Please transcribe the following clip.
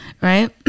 Right